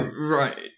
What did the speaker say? Right